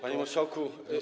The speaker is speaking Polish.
Panie Marszałku!